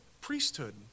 priesthood